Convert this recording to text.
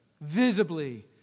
Visibly